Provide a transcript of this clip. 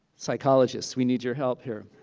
psychologists, we need your help here.